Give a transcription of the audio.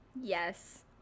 Yes